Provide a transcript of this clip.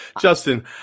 Justin